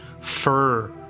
fur